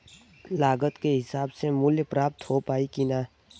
लागत के हिसाब से मूल्य प्राप्त हो पायी की ना?